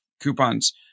coupons